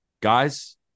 guys